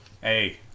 Hey